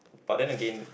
but then again